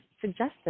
suggested